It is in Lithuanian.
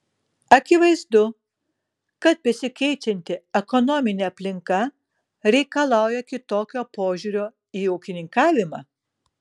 akivaizdu kad besikeičianti ekonominė aplinka reikalauja kitokio požiūrio į ūkininkavimą